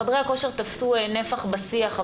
חדרי הכושר תפסו נפח בשיח,